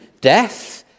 death